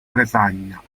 bretagna